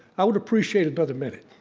i would appreciate another minute,